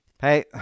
Hey